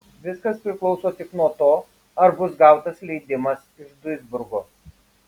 viskas priklauso tik nuo to ar bus gautas leidimas iš duisburgo